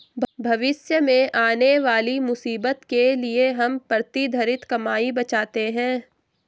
भविष्य में आने वाली मुसीबत के लिए हम प्रतिधरित कमाई बचाते हैं